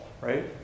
right